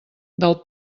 del